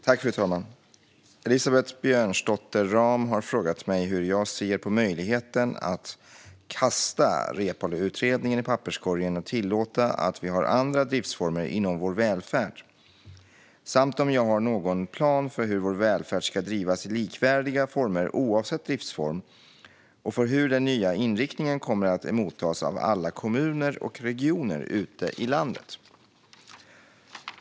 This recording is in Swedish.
Fru talman! Elisabeth Björnsdotter Rahm har frågat mig hur jag ser på möjligheten att "kasta" Reepaluutredningen i papperskorgen och tillåta att vi har andra driftsformer inom vår välfärd samt om jag har någon plan för hur vår välfärd ska drivas i likvärdiga former oavsett driftsform och för hur den nya inriktningen kommer att emottas av alla kommuner och regioner ute i landet.